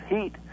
heat